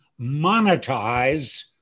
monetize